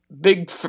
big